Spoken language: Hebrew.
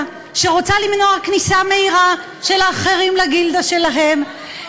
שרוצה למנוע כניסה מהירה של אחרים לגילדה שלהם.